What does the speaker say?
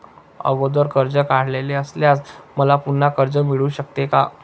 अगोदर कर्ज काढलेले असल्यास मला पुन्हा कर्ज मिळू शकते का?